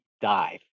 dive